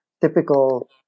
typical